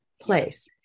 place